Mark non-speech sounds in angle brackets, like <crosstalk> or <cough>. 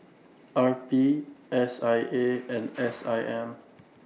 R P S I A and S <noise> I M